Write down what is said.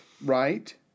right